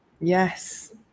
Yes